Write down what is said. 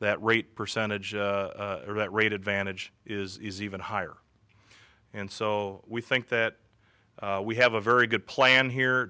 that rate percentage of that rate advantage is even higher and so we think that we have a very good plan here